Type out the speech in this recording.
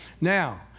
Now